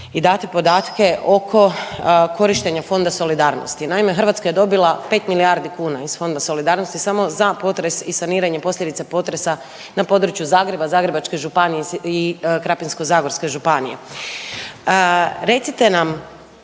i date podatke oko korištenja Fonda solidarnosti. Naime, Hrvatska je dobila 5 milijardi kuna iz Fonda solidarnosti samo za potres i saniranje posljedica potresa na području Zagreba, Zagrebačke županije i Krapinsko-zagorske Županije. Recite nam